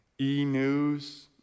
E-news